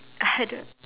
I don't